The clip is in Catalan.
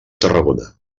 tarragona